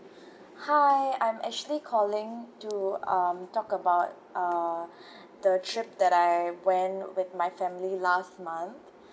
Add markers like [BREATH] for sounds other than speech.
hi I'm actually calling to um talk about uh [BREATH] the trip that I went with my family last month